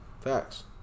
Facts